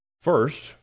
First